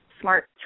smart